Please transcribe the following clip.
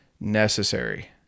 necessary